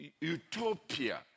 utopia